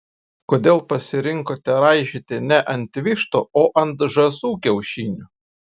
kodėl pasirinkote raižyti ne ant vištų o ant žąsų kiaušinių